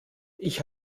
ich